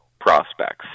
prospects